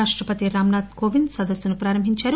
రాష్టపతి రామ్నాథ్ కోవింద్ సదస్నును ప్రారంభించారు